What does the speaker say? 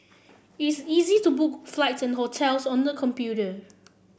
it's easy to book flights and hotels on the computer